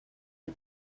que